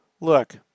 look